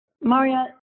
Maria